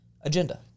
agenda